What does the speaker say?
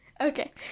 Okay